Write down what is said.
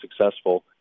successful